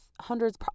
hundreds